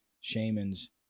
shamans